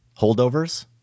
Holdovers